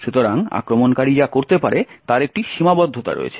সুতরাং আক্রমণকারী যা করতে পারে তার একটি সীমাবদ্ধতা রয়েছে